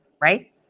right